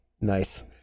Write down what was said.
Nice